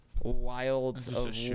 wild